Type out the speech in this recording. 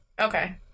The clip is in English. Okay